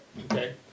okay